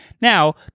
Now